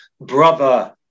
brother